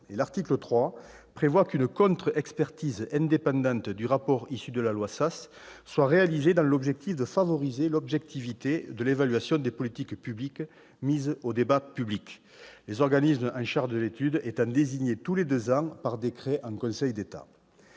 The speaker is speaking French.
L'article 3 prévoit qu'une contre-expertise indépendante du rapport prévu par la loi Sas soit réalisée en vue de favoriser l'objectivité de l'évaluation des politiques publiques portée au débat public, les organismes chargés de conduire cette étude étant désignés tous les deux ans par décret en Conseil d'État.